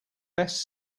best